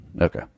Okay